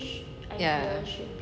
ya